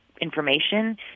information